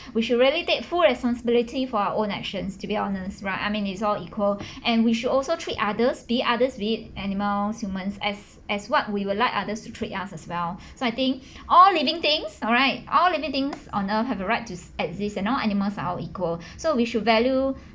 we should really take full responsibility for our own actions to be honest right I mean it's all equal and we should also treat others be it others be it animals humans as as what we would like others to treat us as well so I think all living things alright all living things on earth have a right to exist and all animals are all equal so we should value